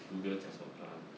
google 讲什么 uh